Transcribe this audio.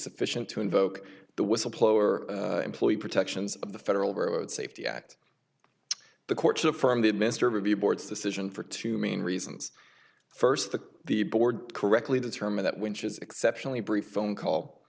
sufficient to invoke the whistleblower employee protections of the federal road safety act the courts affirm that mr review boards decision for two main reasons first the the board correctly determine that winch is exceptionally brief phone call